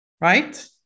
right